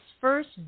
first